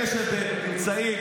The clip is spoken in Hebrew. אלה שנמצאים,